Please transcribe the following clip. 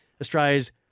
Australia's